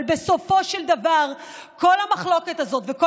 אבל בסופו של דבר כל המחלוקת הזאת וכל